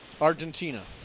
Argentina